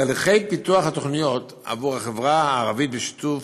תהליכי פיתוח התוכניות עבור החברה הערבית בשיתוף